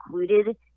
included